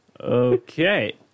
Okay